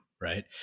right